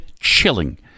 chilling